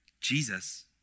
Jesus